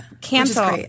cancel